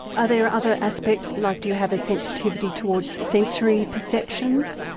other other aspects, like, do you have a sensitivity towards sensory perceptions?